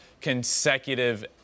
consecutive